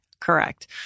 Correct